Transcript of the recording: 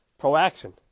Proaction